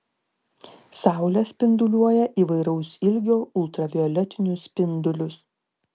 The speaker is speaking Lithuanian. saulė spinduliuoja įvairaus ilgio ultravioletinius spindulius